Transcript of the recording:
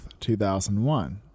2001